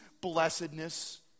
blessedness